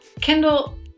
Kendall